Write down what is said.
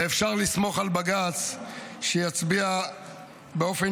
ואפשר לסמוך על בג"ץ שיצביע באופן